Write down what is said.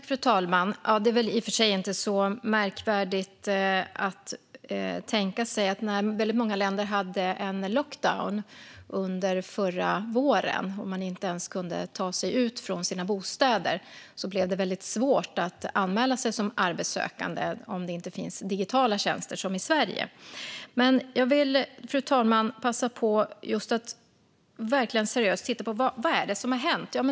Fru talman! Det är väl i och för sig inte så märkvärdigt att tänka sig att när många länder hade en lockdown under förra våren och människor inte ens kunde ta sig ut från sina bostäder blev det väldigt svårt att anmäla sig som arbetssökande om det inte fanns digitala tjänster, som i Sverige. Fru talman! Jag vill dock passa på att verkligen seriöst titta på vad det är som har hänt.